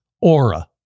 Aura